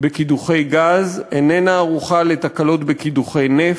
בקידוחי גז, איננה ערוכה לתקלות בקידוחי נפט,